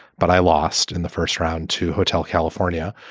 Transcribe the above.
but i lost in the first round to hotel california.